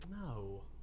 No